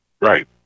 Right